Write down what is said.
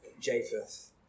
Japheth